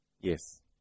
Yes